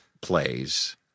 plays